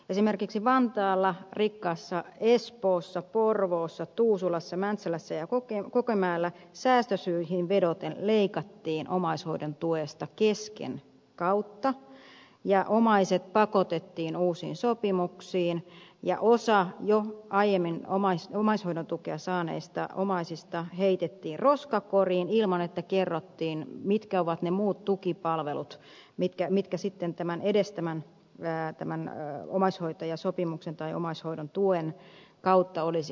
esimerkiksi vantaalla rikkaassa espoossa porvoossa tuusulassa mäntsälässä ja kokemäellä säästösyihin vedoten leikattiin omaishoidon tuesta kesken kautta ja omaiset pakotettiin uusiin sopimuksiin ja osa jo aiemmin omaishoidon tukea saaneista omaisista heitettiin roskakoriin ilman että kerrottiin mitkä ovat ne muut tukipalvelut mitkä sitten edes tämän omaishoitajasopimuksen tai omaishoidon tuen kautta olisivat heille tulleet